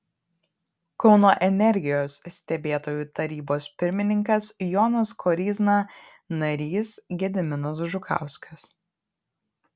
kauno energijos stebėtojų tarybos pirmininkas jonas koryzna narys gediminas žukauskas